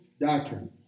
doctrine